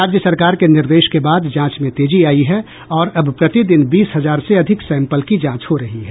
राज्य सरकार के निर्देश के बाद जांच में तेजी आयी है और अब प्रतिदिन बीस हजार से अधिक सैंपल की जांच हो रही है